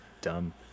dumb